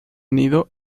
nido